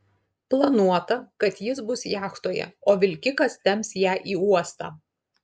planuota kad jis bus jachtoje o vilkikas temps ją į uostą